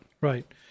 Right